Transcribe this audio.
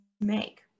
make